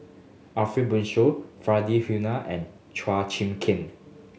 Ariff Bongso Faridah Hanum and Chua Chim Kang